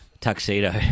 tuxedo